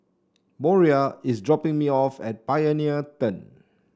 Moriah is dropping me off at Pioneer Turn